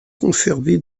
conservé